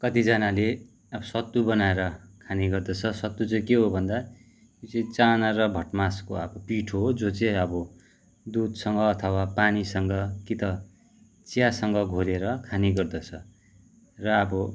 कतिजनाले अब सत्तु बनाएर खाने गर्दछ सत्तु चाहिँ के हो भन्दा यो चाहिँ चाना र भटमासको अब पिठो हो जो चाहिँ अब दुधसँग अथवा पानीसँग कि त चियासँग घोलेर खाने गर्दछ र अब